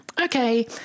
okay